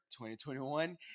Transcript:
2021